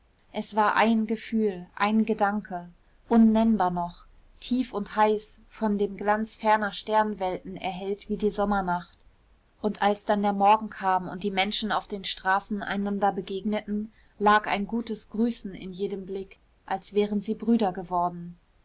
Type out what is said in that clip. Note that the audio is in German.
es war ein gefühl ein gedanke unnennbar noch tief und heiß von dem glanz ferner sternenwelten erhellt wie die sommernacht und als dann der morgen kam und die menschen auf den straßen einander begegneten lag ein gutes grüßen in jedem blick als wären sie brüder geworden